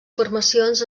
formacions